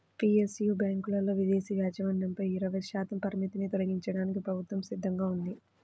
PSU బ్యాంకులలో విదేశీ యాజమాన్యంపై ఇరవై శాతం పరిమితిని తొలగించడానికి ప్రభుత్వం సిద్ధంగా ఉంది